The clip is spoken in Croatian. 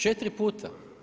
4 puta.